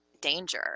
danger